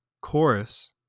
chorus